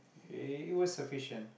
err it was sufficient